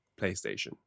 PlayStation